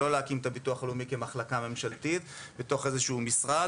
להקים את ביטוח לאומי כמחלקה ממשלתית בתוך איזשהו משרד,